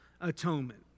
atonement